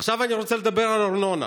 עכשיו אני רוצה לדבר על הארנונה.